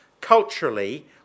culturally